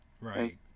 right